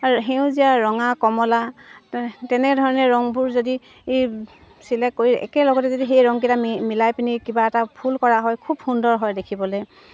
আৰু সেউজীয়া ৰঙা কমলা তে তেনেধৰণে ৰংবোৰ যদি ই চিলেক্ট কৰি একেলগতে যদি সেই ৰংকেইটা মি মিলাই পিনি কিবা এটা ফুল কৰা হয় খুব সুন্দৰ হয় দেখিবলৈ